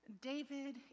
David